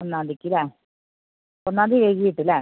ഒന്നാം തീയതിക്ക് അല്ലേ ഒന്നാം തീയതി വൈകിട്ട് അല്ലേ